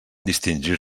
distingir